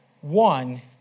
one